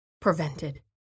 Prevented